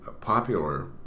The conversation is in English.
popular